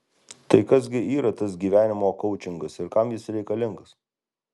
tai kas gi yra tas gyvenimo koučingas ir kam jis reikalingas